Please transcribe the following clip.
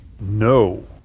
No